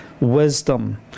wisdom